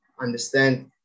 understand